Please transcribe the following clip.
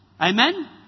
Amen